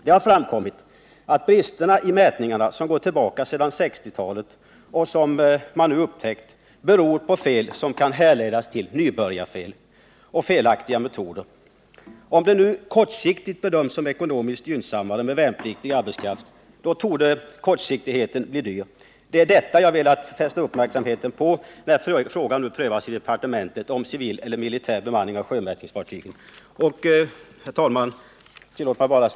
Det har framkommit att bristerna i mätningarna, som går tillbaka till 1960-talet och som man nu upptäckt, beror på fel som kan härledas till nybörjarfel och felaktiga metoder. Om det kortsiktigt bedömts som ekonomiskt gynnsammare med värnpliktig arbetskraft torde det långsiktigt bli mycket dyrt. Det är detta jag har velat fästa uppmärksamheten på när frågan om civil eller militär bemanning av sjömätningsfartyg nu prövas i departementet. Herr talman!